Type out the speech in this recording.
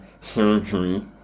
surgery